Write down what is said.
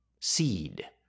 seed